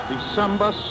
December